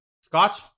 Scotch